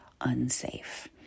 unsafe